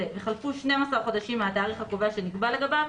וחלפו 12 חודשים מהתאריך הקובע שנקבע לגביו,